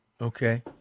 okay